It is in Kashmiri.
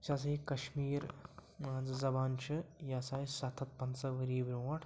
یُس ہَسا یہِ کشمیٖر مان ژٕ زبان چھِ یہِ ہَسا آے سَتھ ہَتھ پنٛژاہ ؤری برٛونٛٹھ